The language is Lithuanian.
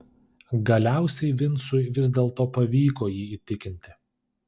galiausiai vincui vis dėlto pavyko jį įtikinti